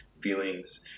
feelings